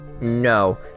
No